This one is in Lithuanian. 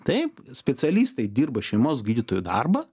taip specialistai dirba šeimos gydytojų darbą